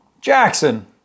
Jackson